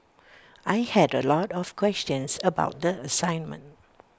I had A lot of questions about the assignment